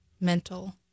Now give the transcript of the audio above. mental